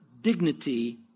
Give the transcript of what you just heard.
dignity